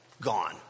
gone